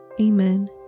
Amen